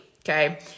okay